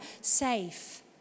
safe